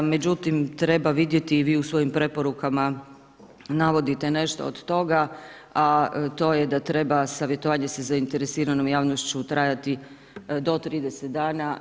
Međutim, treba vidjeti i vi u svojim preporukama navodite nešto do toga, a to je da treba savjetovanje sa zainteresiranom javnošću trajati do 30 dana.